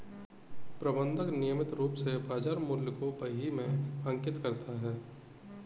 प्रबंधक नियमित रूप से बाज़ार मूल्य को बही में अंकित करता है